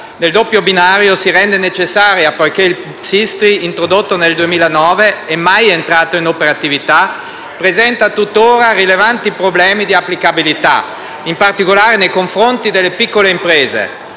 del doppio binario si rende necessaria, poiché il Sistri, introdotto nel 2009 e mai entrato in operatività, presenta tuttora rilevanti problemi di applicabilità, in particolare nei confronti delle piccole imprese.